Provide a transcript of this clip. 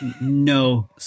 No